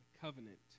Covenant